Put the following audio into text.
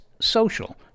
social